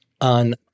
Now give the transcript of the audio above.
on